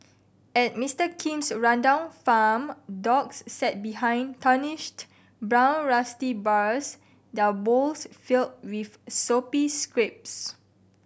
at Mister Kim's rundown farm dogs sat behind tarnished brown rusty bars their bowls filled with soupy scraps